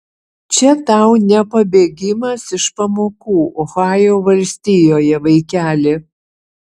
čia tau ne pabėgimas iš pamokų ohajo valstijoje vaikeli